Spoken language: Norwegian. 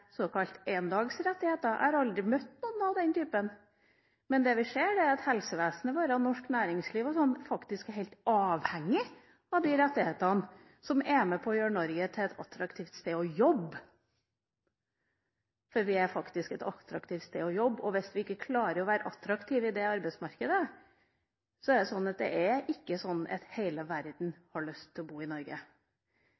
såkalt én dags rettigheter. Jeg har aldri møtt noen av den typen. Men det vi ser, er at helsevesenet vårt og norsk næringsliv faktisk er helt avhengig av de rettighetene som er med på å gjøre Norge til et attraktivt sted å jobbe. Norge er faktisk et attraktivt sted å jobbe, og hvis vi ikke klarer å være attraktive i det arbeidsmarkedet, er det ikke sånn at